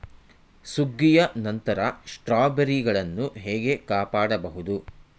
ಸುಗ್ಗಿಯ ನಂತರ ಸ್ಟ್ರಾಬೆರಿಗಳನ್ನು ಹೇಗೆ ಕಾಪಾಡ ಬಹುದು?